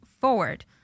forward